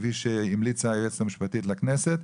וכפי שהמליצה היועצת המשפטית לכנסת,